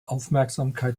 aufmerksamkeit